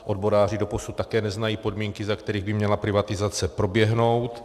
Odboráři doposud také neznají podmínky, za kterých by měla privatizace proběhnout.